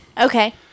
Okay